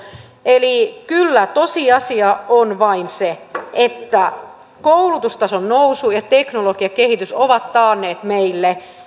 eli kyllä tosiasia on vain se että koulutustason nousu ja teknologian kehitys ovat taanneet meille